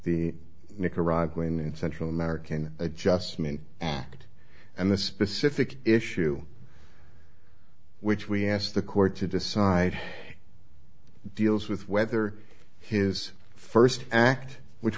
the nicaraguan and central american adjustment act and the specific issue which we asked the court to decide deals with whether his first act which